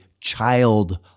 child